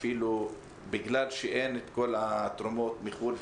בגלל שאין תרומות מחו"ל,